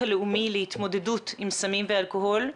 הלאומי להתמודדות עם סמים ואלכוהול.